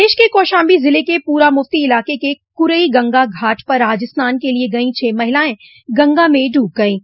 प्रदेश के कौशाम्बी जिले के पूरामुफ्ती इलाके के कुरई गंगा घाट पर आज स्नान के लिए गई छह महिलाएं गंगा में डूब गईं